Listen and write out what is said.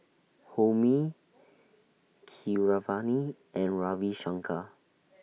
Homi Keeravani and Ravi Shankar